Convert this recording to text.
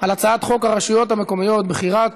על הצעת חוק הרשויות המקומיות (בחירת